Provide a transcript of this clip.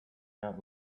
out